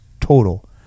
total